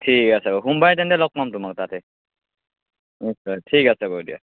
ঠিক আছে হ সোমবাৰে তেন্তে লগ পাম তোমাক তাতে নিশ্চয় ঠিক আছে দিয়া